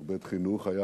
ו"בית-חינוך", היה